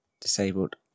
disabled